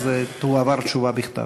אז תועבר תשובה בכתב.